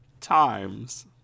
times